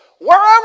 wherever